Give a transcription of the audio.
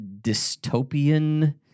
dystopian